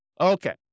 Okay